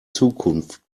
zukunft